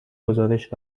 گزارش